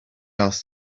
asked